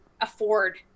afford